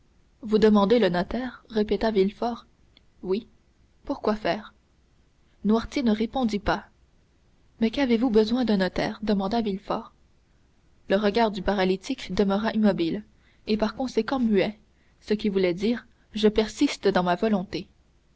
vous demandez le notaire répéta villefort oui pour quoi faire noirtier ne répondit pas mais qu'avez-vous besoin d'un notaire demanda villefort le regard du paralytique demeura immobile et par conséquent muet ce qui voulait dire je persiste dans ma volonté